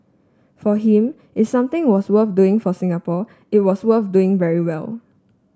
for him if something was worth doing for Singapore it was worth doing very well